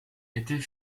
était